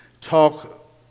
talk